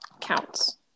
counts